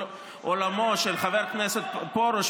כל עולמו של חבר הכנסת פרוש,